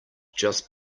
just